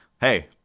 hey